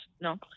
no